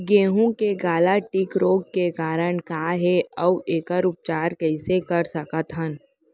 गेहूँ के काला टिक रोग के कारण का हे अऊ एखर उपचार कइसे कर सकत हन?